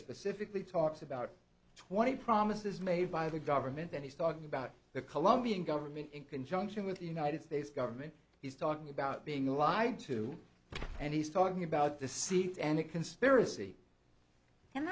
specifically talks about twenty promises made by the government then he's talking about the colombian government in conjunction with the united states government he's talking about being lied to and he's talking about the seat and a conspiracy and